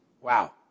Wow